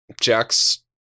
Jack's